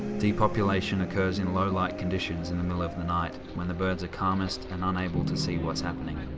depopulation occurs in low light conditions in the middle of the night, when the birds are calmest and unable to see what's happening.